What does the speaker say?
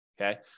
Okay